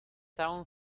town